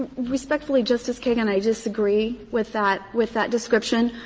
respectfully, justice kagan, i disagree with that with that description.